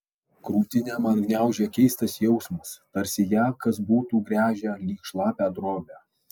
krūtinę man gniaužė keistas jausmas tarsi ją kas būtų gręžę lyg šlapią drobę